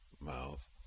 mouth